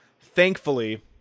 thankfully